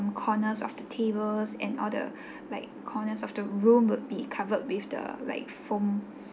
the corners of the tables and all the like corners of the room would be covered with the likes foam